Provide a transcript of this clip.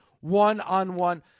one-on-one